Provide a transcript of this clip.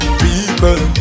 people